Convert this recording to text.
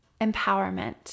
empowerment